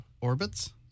orbits